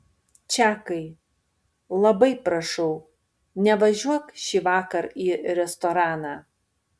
čakai labai prašau nevažiuok šįvakar į restoraną